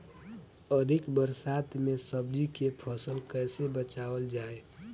अधिक बरसात में सब्जी के फसल कैसे बचावल जाय?